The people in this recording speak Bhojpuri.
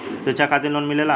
शिक्षा खातिन लोन मिलेला?